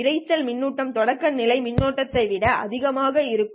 இரைச்சல் மின்னோட்டம் தொடக்கநிலை மின்னோட்டத்தை விட அதிகமாக இருக்கும்